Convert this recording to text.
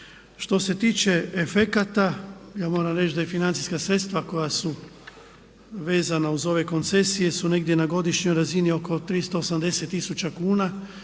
Što se tiče efekata ja moram reći da i financijska sredstva koja su vezana uz ove koncesije su negdje na godišnjoj razini oko 380 tisuća kuna.